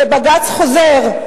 בבג"ץ חוזר,